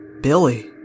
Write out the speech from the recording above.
billy